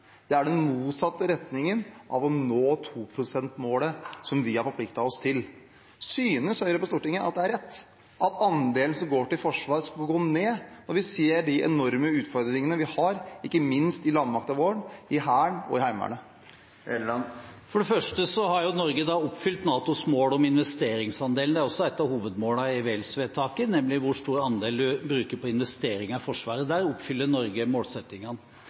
Det er den motsatte retningen av å nå 2-prosentmålet som vi har forpliktet oss til. Synes Høyre på Stortinget at det er rett at andelen som går til forsvar, skal gå ned, når vi ser de enorme utfordringene vi har, ikke minst i landmakten vår, i Hæren og i Heimevernet? For det første har Norge oppfylt NATOs mål om investeringsandelen – det er også et av hovedmålene i Wales-vedtaket, nemlig hvor stor andel en bruker på investeringer i Forsvaret. Der oppfyller Norge målsettingene.